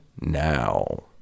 now